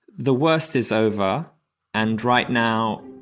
the worst is over and right now,